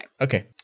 okay